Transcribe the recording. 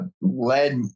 led